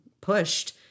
pushed